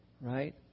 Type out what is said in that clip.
Right